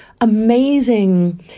amazing